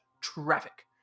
traffic